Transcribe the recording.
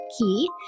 key